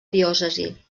diòcesi